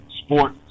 sport